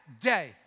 day